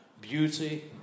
beauty